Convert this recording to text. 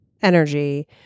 energy